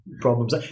problems